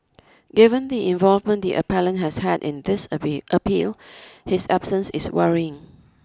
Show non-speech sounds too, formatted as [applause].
given the involvement the appellant has had in this [unintelligible] appeal his absence is worrying